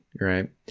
right